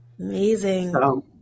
Amazing